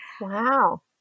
Wow